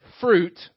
fruit